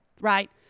right